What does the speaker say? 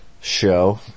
show